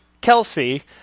Kelsey